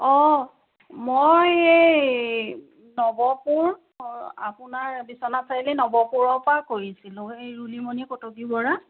অঁ মই এই নৱপুৰ অঁ আপোনাৰ বিশ্বনাথ চাৰিআলি নৱপুৰৰ পৰা কৰিছিলোঁ এই ৰুলিমণি কটকী বৰা